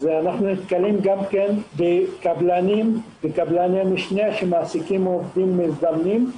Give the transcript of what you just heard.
אנחנו נתקלים גם בקבלנים וקבלני משנה שמעסיקים עובדים מזדמנים.